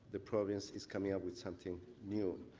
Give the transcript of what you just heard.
the province is coming up with something new.